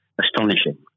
astonishing